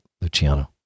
luciano